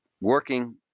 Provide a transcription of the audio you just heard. working